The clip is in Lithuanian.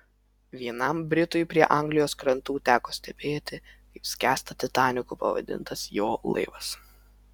vienam britui prie anglijos krantų teko stebėti kaip skęsta titaniku pavadintas jo laivas